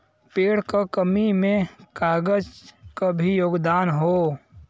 पेड़ क कमी में कागज क भी योगदान हौ